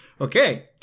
Okay